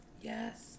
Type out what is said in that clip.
Yes